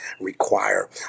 require